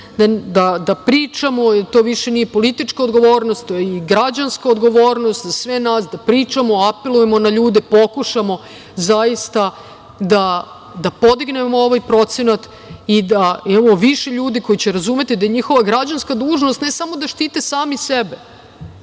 da pričamo, jer to više nije politička odgovornost, to je i građanska odgovornost za sve nas da pričamo, da apelujemo na ljude da pokušamo zaista da podignemo ovaj procenat i da imamo više ljudi koji će razumeti da njihova građanska dužnost ne samo da štite sami sebe,